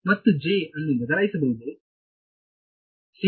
ಮತ್ತು ಜೆ ಅನ್ನು ಬದಲಾಯಿಸಬಹುದೇ